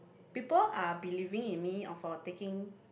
people are believing in me or for taking